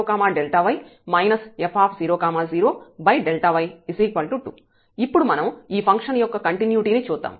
fx00fx0 f00x1 fy00f0y f00y 2 ఇప్పుడు మనం ఈ ఫంక్షన్ యొక్క కంటిన్యుటీ ని చూద్దాం